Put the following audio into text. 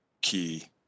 key